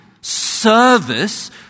service